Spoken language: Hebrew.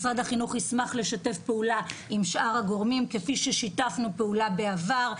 משרד החינוך ישמח לשתף פעולה עם שאר הגורמים כפי ששיתפנו פעולה בעבר,